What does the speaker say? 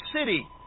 city